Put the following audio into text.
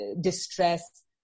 distress